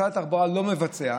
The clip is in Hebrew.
משרד התחבורה לא מבצע,